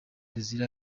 désiré